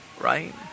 right